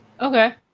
Okay